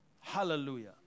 Hallelujah